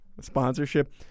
sponsorship